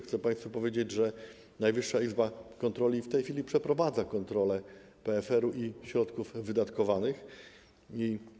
Chce państwu powiedzieć, że Najwyższa Izba Kontroli w tej chwili przeprowadza kontrolę PFR-u i wydatkowanych środków.